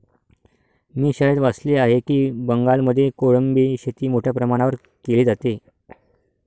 मी शाळेत वाचले आहे की बंगालमध्ये कोळंबी शेती मोठ्या प्रमाणावर केली जाते